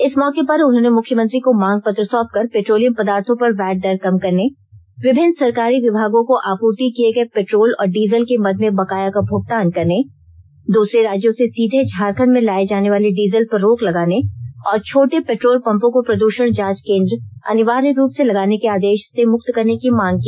इस मौके पर उन्होंने मुख्यमंत्री को मांग पत्र सौंप कर पेट्रोलियम पदार्थो पर वैट दर कम करने विभिन्न सरकारी विभागों को आपूर्ति किए गए पेट्रोल और डीजल के मद में बकाया का भुगतान करने दूसरे राज्यों से सीधे झारखंड में लाए जाने वाले डीजल पर रोक लगाने और छोटे पेट्रोल पंपों को प्रदूषण जांच केंद्र अनिवार्य रूप से लगाने के आदेश से मुक्त करने की मांग की